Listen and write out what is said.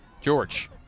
George